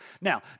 Now